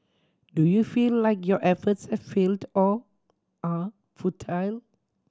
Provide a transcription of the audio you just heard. do you feel like your efforts have failed or are futile